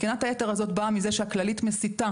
תקינת היתר הזאת באה מזה שהכללית מסיטה